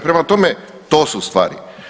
Prema tome, to su stvari.